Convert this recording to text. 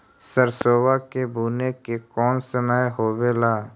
सरसोबा के बुने के कौन समय होबे ला?